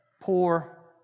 poor